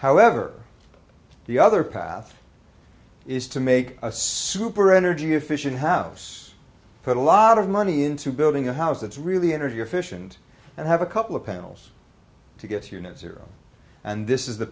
however the other path is to make a super energy efficient house put a lot of money into building a house that's really energy efficient and have a couple of panels to get unit zero and this is the